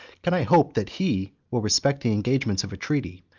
can i hope that he will respect the engagements of a treaty,